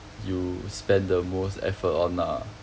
you spend the most effort on ah